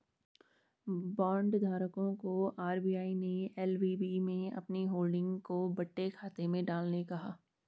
bond धारकों को RBI ने एल.वी.बी में अपनी होल्डिंग को बट्टे खाते में डालने कहा